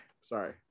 sorry